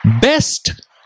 Best